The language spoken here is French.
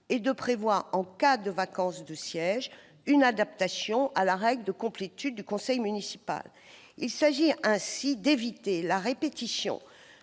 et prévoit, en cas de vacance de siège, une adaptation à la règle de complétude du conseil municipal. Il s'agit ainsi d'éviter la répétition